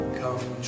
come